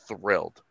thrilled